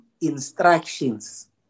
instructions